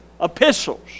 epistles